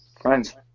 friends